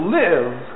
live